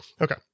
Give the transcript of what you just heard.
Okay